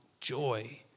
joy